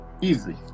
Easy